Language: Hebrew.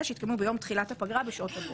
שהתקיימו ביום תחילת הפגרה בשעות הבוקר.